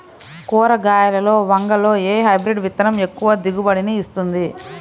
కూరగాయలలో వంగలో ఏ హైబ్రిడ్ విత్తనం ఎక్కువ దిగుబడిని ఇస్తుంది?